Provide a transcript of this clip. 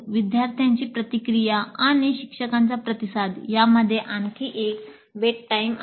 विद्यार्थ्यांची प्रतिक्रिया आणि शिक्षकांच्या प्रतिसाद यांच्यामध्ये आणखी एक वेट टाईम आहे